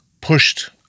pushed